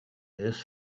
this